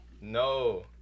No